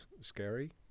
scary